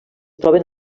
troben